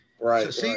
Right